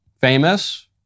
famous